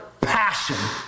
passion